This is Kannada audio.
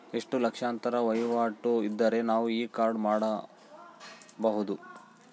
ಎಷ್ಟು ಲಕ್ಷಾಂತರ ವಹಿವಾಟು ಇದ್ದರೆ ನಾವು ಈ ಕಾರ್ಡ್ ಮಾಡಿಸಬಹುದು?